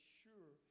sure